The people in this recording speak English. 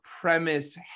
Premise